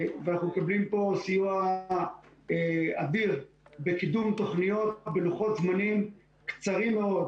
ואנחנו מקבלים פה סיוע אדיר בקידום תוכניות בלוחות זמנים קצרים מאוד.